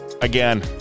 Again